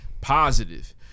positive